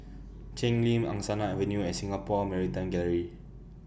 Cheng Lim Angsana Avenue and Singapore Maritime Gallery